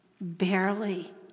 barely